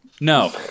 No